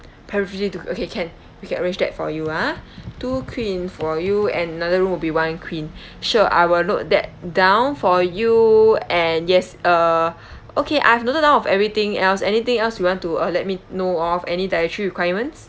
preferably two okay can we can arrange that for you ah two queen for you and another room will be one queen sure I will note that down for you and yes uh okay I've noted down of everything else anything else uh you want to let me know of any dietary requirements